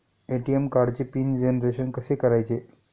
ATM कार्डचे PIN generation कसे करायचे?